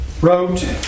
wrote